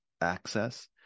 access